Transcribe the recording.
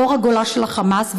מאור הגולה של ה"חמאס",